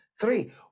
three